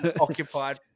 Occupied